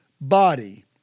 body